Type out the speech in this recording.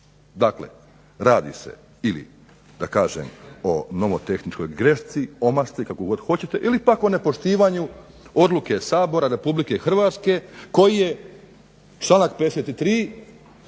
Dakle, radi se da kažem o nomotehničkoj grešci, omašci kako god hoćete ili pak o nepoštivanju odluke SAbora RH koji je članak 53.